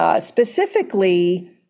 specifically